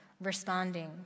responding